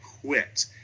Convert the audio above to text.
quit